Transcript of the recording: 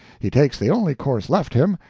he takes the only course left him,